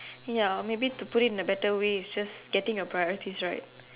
ya maybe to put it in a better way it's just getting your priorities right